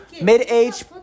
mid-age